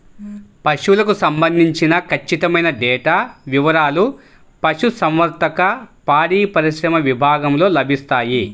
పశువులకు సంబంధించిన ఖచ్చితమైన డేటా వివారాలు పశుసంవర్ధక, పాడిపరిశ్రమ విభాగంలో లభిస్తాయి